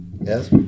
Yes